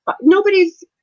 nobody's